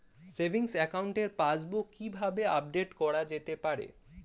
Savings একাউন্টের passbook কি কিভাবে আপডেট করা যেতে পারে?